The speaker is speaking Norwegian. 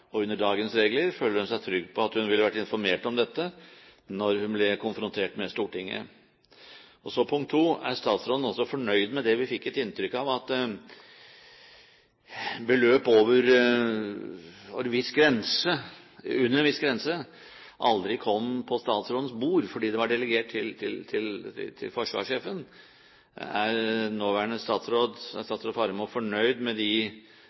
og under dagens regler. Føler hun seg trygg på at hun ville vært informert om dette når hun ble konfrontert med Stortinget? Er statsråden fornøyd med det vi fikk et inntrykk av, at beløp under en viss grense aldri kom på statsrådens bord fordi det var delegert til forsvarssjefen? Er statsråd Faremo fornøyd med den arbeidsdeling som i dag er mellom forsvarssjefen og